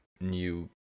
new